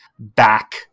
Back